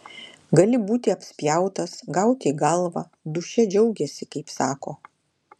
gali būti apspjautas gauti į galvą dūšia džiaugiasi kaip sako